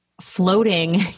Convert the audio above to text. floating